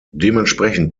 dementsprechend